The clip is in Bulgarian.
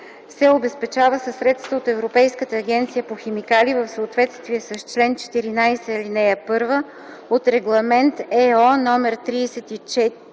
се обезпечава със средства от Европейската агенция по химикали в съответствие с чл. 14 (1) от Регламент (ЕО) №